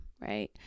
right